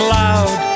loud